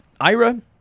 Ira